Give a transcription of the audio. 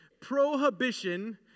prohibition